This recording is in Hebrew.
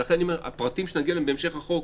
ולכן אני אומר הפרטים שנגיע אליהם בהמשך החוק,